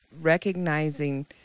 recognizing